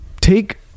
take